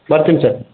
ಬರ್ತೀನಿ ಸರ್